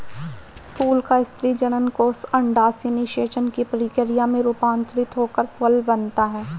फूल का स्त्री जननकोष अंडाशय निषेचन की प्रक्रिया से रूपान्तरित होकर फल बनता है